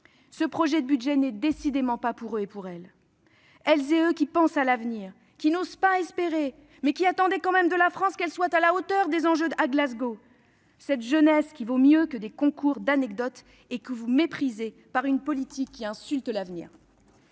Ce projet de budget n'est décidément par pour elles ni pour eux, qui pensent à l'avenir, qui n'osent pas espérer, mais qui attendaient à tout le moins de la France qu'elle soit à la hauteur des enjeux à Glasgow. Cette jeunesse vaut mieux que des concours d'anecdotes, et vous la méprisez par une politique qui insulte l'avenir